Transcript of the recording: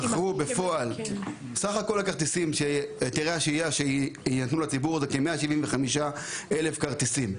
סך כל היתרי השהייה שייתנו לציבור הוא כ-175,000 כרטיסים.